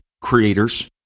creators